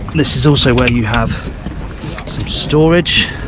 this is also where you have some storage,